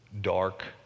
dark